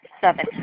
seven